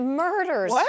murders